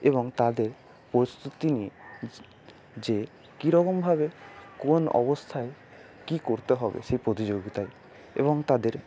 এবং তাদের প্রস্তুতি নিয়ে যে কীরকমভাবে কোন অবস্থায় কী করতে হবে সেই প্রতিযোগিতায় এবং তাদের